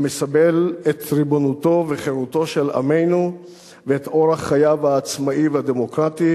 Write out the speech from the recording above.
המסמל את ריבונותו וחירותו של עמנו ואת אורח חייו העצמאי והדמוקרטי,